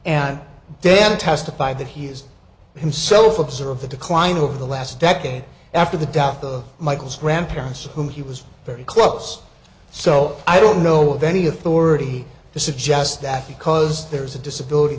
then testified that he is himself observe the decline of the last decade after the death of michael's grandparents of whom he was very close so i don't know of any authority to suggest that because there's a disability